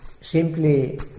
simply